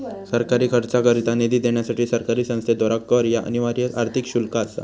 सरकारी खर्चाकरता निधी देण्यासाठी सरकारी संस्थेद्वारा कर ह्या अनिवार्य आर्थिक शुल्क असा